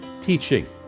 teaching